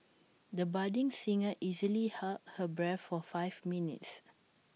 the budding singer easily held her breath for five minutes